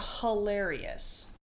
hilarious